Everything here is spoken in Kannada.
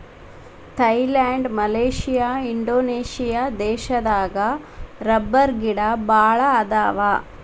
ಥೈಲ್ಯಾಂಡ ಮಲೇಷಿಯಾ ಇಂಡೋನೇಷ್ಯಾ ದೇಶದಾಗ ರಬ್ಬರಗಿಡಾ ಬಾಳ ಅದಾವ